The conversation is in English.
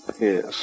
Yes